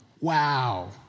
Wow